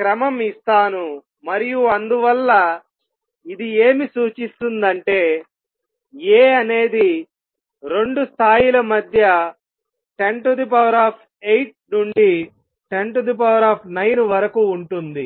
క్రమం ఇస్తాను మరియు అందువల్ల ఇది ఏమి సూచిస్తుంది అంటే A అనేది 2 స్థాయిల మధ్య 108 నుండి 109 వరకు ఉంటుంది